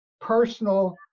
personal